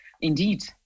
indeed